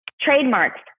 trademarks